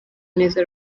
neza